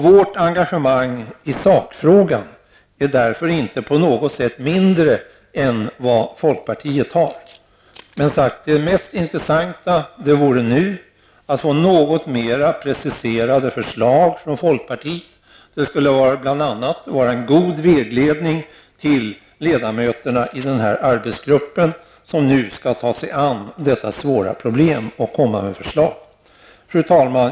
Vårt engagemang i sakfrågan är därför inte på något sätt mindre än folkpartiets. Det mest intressanta vore nu att få något mer preciserade förslag från folkpartiet. Det skulle bl.a. vara en god vägledning för ledamöterna i arbetsgruppen när de nu skall ta sig an detta svåra problem och komma med förslag.